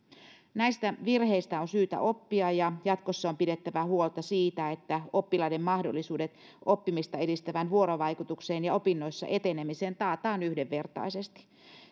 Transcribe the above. näistä virheistä on syytä oppia ja jatkossa on pidettävä huolta siitä että oppilaiden mahdollisuudet oppimista edistävään vuorovaikutukseen ja opinnoissa etenemiseen taataan yhdenvertaisesti